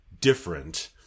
different